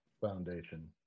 Foundation